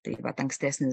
taip vat ankstesnis